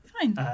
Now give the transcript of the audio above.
Fine